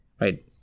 right